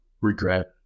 regret